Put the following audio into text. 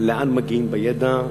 לאן מגיעים בידע,